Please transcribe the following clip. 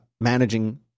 managing